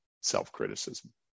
self-criticism